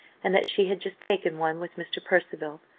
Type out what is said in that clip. and that she had just taken one with mr. percival.